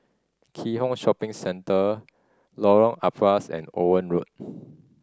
Keat Hong Shopping Centre Lorong Ampas and Owen Road